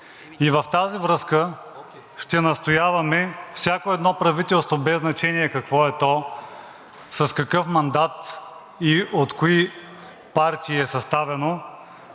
и в тази връзка ще настояваме всяко едно правителство, без значение какво е то, с какъв мандат и от кои партии е съставено,